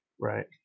Right